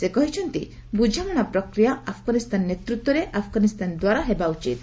ସେ କହିଛନ୍ତି ସେଠାରେ ବୁଝାମଣା ପ୍ରକ୍ରିୟା ଆଫ୍ଗାନିସ୍ତାନ ନେତୃତ୍ୱରେ ଆଫ୍ଗାନିସ୍ତାନ ଦ୍ୱାରା ହେବା ଉଚିତ୍